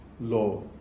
law